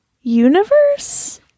universe